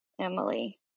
Emily